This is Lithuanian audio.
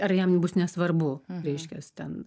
ar jam bus nesvarbu reiškias ten